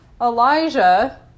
Elijah